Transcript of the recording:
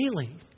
daily